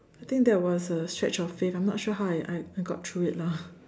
I think that was a scratch of face I'm not sure how I I got through it lah